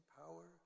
power